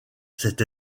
cette